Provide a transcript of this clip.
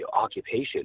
occupation